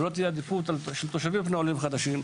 ולא תהיה עדיפות של תושבים על פני עולים חדשים.